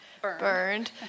burned